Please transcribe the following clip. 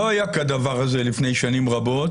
לא היה כדבר הזה לפני שנים רבות